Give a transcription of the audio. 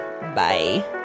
bye